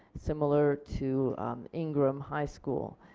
similar to ingraham high school.